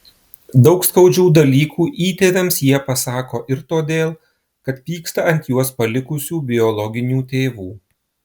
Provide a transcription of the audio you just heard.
daug skaudžių dalykų įtėviams jie pasako ir todėl kad pyksta ant juos palikusių biologinių tėvų